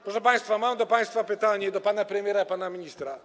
Proszę państwa, mam do państwa pytania, do pana premiera, pana ministra.